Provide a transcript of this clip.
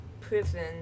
prison